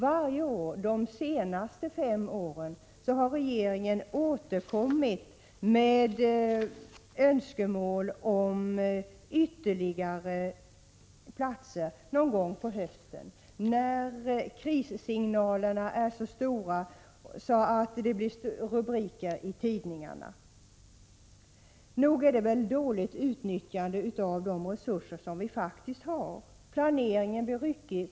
Varje år de senaste fem åren har regeringen återkommit med önskemål om ytterligare platser någon gång på hösten när krissignalerna varit så kraftiga att det blivit rubriker i tidningarna. Nog är det väl dåligt utnyttjande av de resurser som vi faktiskt har. Planeringen blir ryckig.